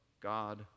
God